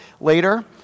later